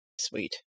Sweet